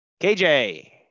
KJ